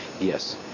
yes